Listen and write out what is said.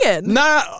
No